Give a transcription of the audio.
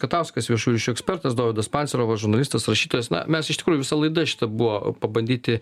katauskas viešųjų ryšių ekspertas dovydas pancerovas žurnalistas rašytojas na mes iš tikrųjų visa laida šita buvo pabandyti